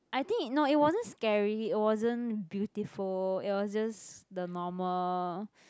I think no it wasn't scary it wasn't beautiful it was just the normal